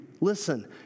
Listen